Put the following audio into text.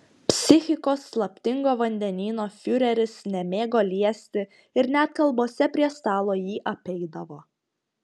psichikos slaptingo vandenyno fiureris nemėgo liesti ir net kalbose prie stalo jį apeidavo